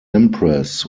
empress